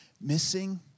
missing